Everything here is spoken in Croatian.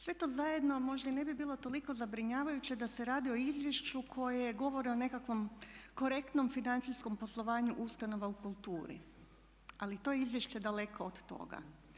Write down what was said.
Sve to zajedno možda i ne bi bilo toliko zabrinjavajuće da se radi o izvješću koje govori o nekakvom korektnom financijskom poslovanju ustanova u kulturi ali to je izvješće daleko od toga.